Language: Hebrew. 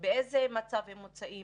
באיזה מצב הם מוצאים,